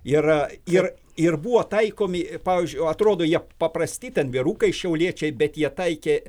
yra ir ir buvo taikomi pavyzdžiui atrodo jie paprasti ten vyrukai šiauliečiai bet jie taikė